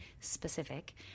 specific